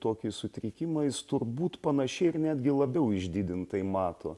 tokį sutrikimą jis turbūt panašiai ir netgi labiau išdidintai mato